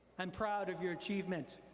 and proud of your achievement.